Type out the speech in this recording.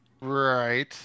Right